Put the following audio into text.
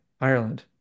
Ireland